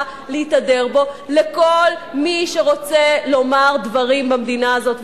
להתהדר בו לכל מי שרוצה לומר דברים במדינה הזאת,